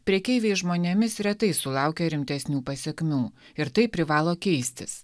prekeiviai žmonėmis retai sulaukia rimtesnių pasekmių ir tai privalo keistis